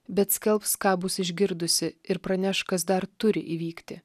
bet skelbs ką bus išgirdusi ir praneš kas dar turi įvykti